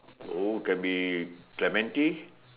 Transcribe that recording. oh can be Clementi